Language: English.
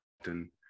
often